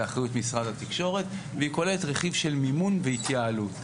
באחריות משרד התקשורת והיא כוללת רכיב של מימון והתייעלות.